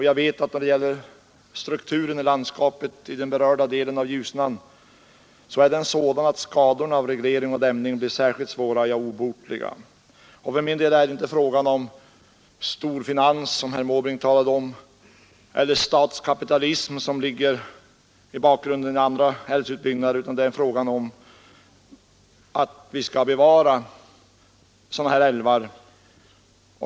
Jag vet att strukturen i landskapet vid den berörda delen av Ljusnan är sådan att skadorna av reglering och dämning blir särskilt svåra, ja, obotliga. För mig är det inte fråga om storfinans, som herr Måbrink talade om, eller om statskapitalism, som ligger i bakgrunden vid andra älvutbyggnader, utan det är fråga om att vi skall bevara sådana här älvar.